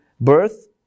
birth